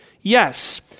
Yes